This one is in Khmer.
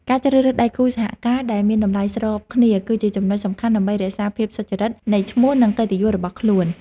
ការជ្រើសរើសដៃគូសហការដែលមានតម្លៃស្របគ្នាគឺជាចំណុចសំខាន់ដើម្បីរក្សាភាពសុចរិតនៃឈ្មោះនិងកិត្តិយសរបស់ខ្លួន។